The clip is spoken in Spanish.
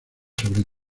sobre